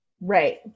Right